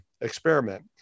experiment